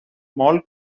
small